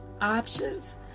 options